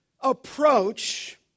approach